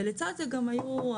ולצד זה גם היו,